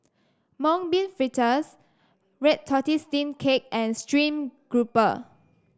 Mung Bean Fritters Red Tortoise Steamed Cake and stream grouper